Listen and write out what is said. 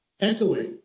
echoing